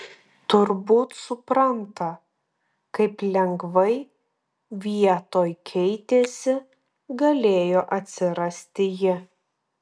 turbūt supranta kaip lengvai vietoj keitėsi galėjo atsirasti ji